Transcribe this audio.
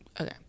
Okay